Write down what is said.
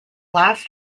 last